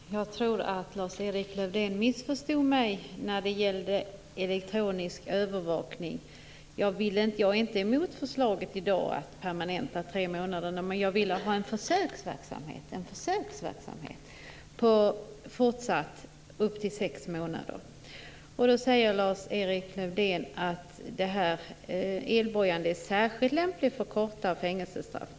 Fru talman! Jag tror att Lars-Erik Lövdén missförstod mig när det gällde elektronisk övervakning. Jag är inte emot det förslag som är aktuellt i dag, att permanenta tre månader. Men jag vill ha en försöksverksamhet med upp till sex månader. Lars-Erik Lövdén säger att elbojan är särskilt lämplig för korta fängelsestraff.